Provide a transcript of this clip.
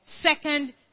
second